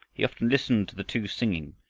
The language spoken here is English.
he often listened to the two singing,